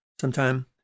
sometime